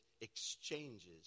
exchanges